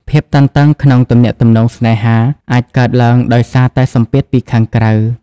ភាពតានតឹងក្នុងទំនាក់ទំនងស្នេហា អាចកើតឡើងដោយសារតែសម្ពាធពីខាងក្រៅ។